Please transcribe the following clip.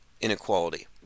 inequality